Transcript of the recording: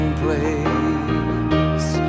place